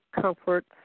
comfort